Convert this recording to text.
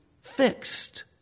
fixed